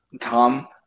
Tom